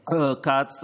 אופיר כץ,